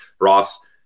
Ross